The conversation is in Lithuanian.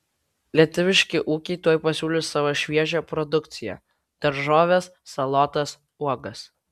lietuviški ūkiai tuoj pasiūlys savo šviežią produkciją daržoves salotas uogas